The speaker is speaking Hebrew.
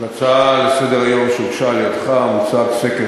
בהצעה לסדר-היום שהוגשה על-ידך מוצג סקר